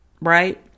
right